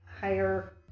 higher